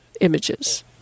images